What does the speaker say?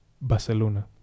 Barcelona